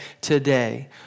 today